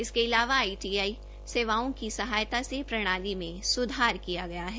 इसके अलावा I T सेवाओं की सहायता से प्रणाली में सुधार किया गया है